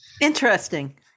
Interesting